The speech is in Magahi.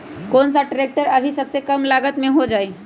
कौन सा ट्रैक्टर अभी सबसे कम लागत में हो जाइ?